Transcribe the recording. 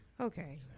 Okay